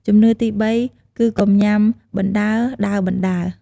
ជំនឿទីបី គឺកុំញ៉ាំបណ្ដើរ ដើរបណ្ដើរ។